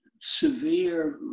severe